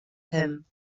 him